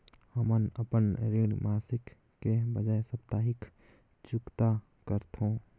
हमन अपन ऋण मासिक के बजाय साप्ताहिक चुकता करथों